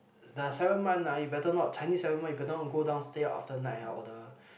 the seven month ah you better not Chinese seven month you cannot go downstair after night or the